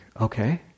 okay